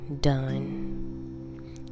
done